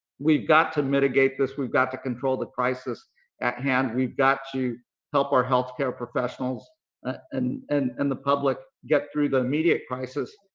we've got to mitigate this. we've got to control the crisis at hand. we've got to help our healthcare professionals and and and the public get through the immediate crisis.